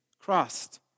crossed